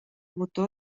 botó